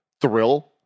thrill